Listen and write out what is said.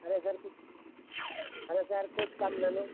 अरे सर कुछ अरे सर कुछ कम ले लो